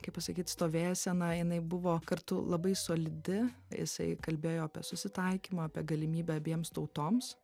kaip pasakyt stovėsena jinai buvo kartu labai solidi jisai kalbėjo apie susitaikymą apie galimybę abiems tautoms